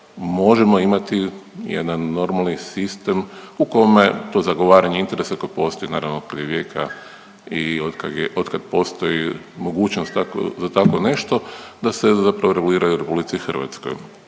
možemo imati jedan normalni sistem u kome to zagovaranje interesa koje postoji naravno prije vijeka i otkad je, otkad postoji mogućnost za tako nešto da se zapravo reguliraju u RH.